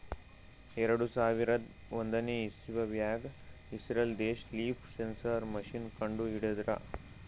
ಎರಡು ಸಾವಿರದ್ ಒಂದನೇ ಇಸವ್ಯಾಗ್ ಇಸ್ರೇಲ್ ದೇಶ್ ಲೀಫ್ ಸೆನ್ಸರ್ ಮಷೀನ್ ಕಂಡು ಹಿಡದ್ರ